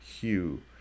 hue